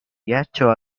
ghiaccio